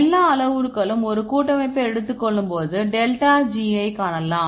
எல்லா அளவுருக்களும் ஒரு கூட்டமைப்பை எடுத்துக் கொள்ளும்போது டெல்டாஜி1 ஐக் காணலாம்